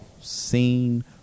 seen